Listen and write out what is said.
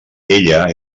ella